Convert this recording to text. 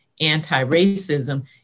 anti-racism